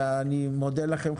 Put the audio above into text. אני מודה לכם,